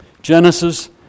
Genesis